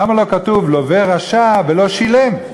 למה לא כתוב: לווה רשע ולא שילם?